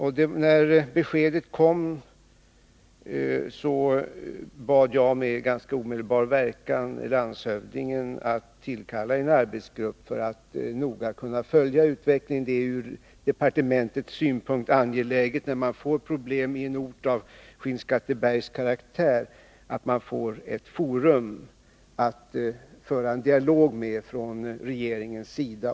Och när beskedet om nedläggning kom bad jag med ganska omedelbar verkan landshövdingen att tillkalla en arbetsgrupp för att noggrant följa utvecklingen. Ur departementets synpunkt är det angeläget, när det uppstår problem i en ort av Skinnskattebergs karaktär, att få ett forum för att föra en dialog från regeringens sida.